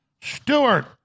Stewart